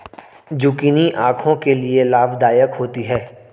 zucchini आंखों के लिए लाभदायक होती है